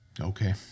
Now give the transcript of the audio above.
Okay